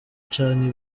canke